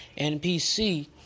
NPC